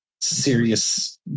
serious